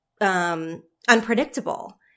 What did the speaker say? Unpredictable